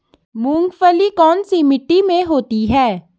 मूंगफली कौन सी मिट्टी में होती है?